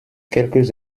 quelques